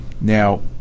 Now